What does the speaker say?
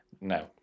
No